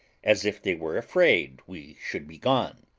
as if they were afraid we should be gone.